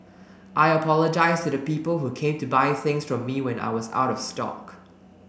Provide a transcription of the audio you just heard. I apologise to the people who came to buy things from me when I was out of stock